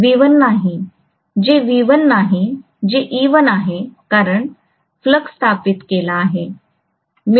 V1 नाही जे V1 नाही जे e1 आहे कारण फ्लक्स स्थापित केला आहे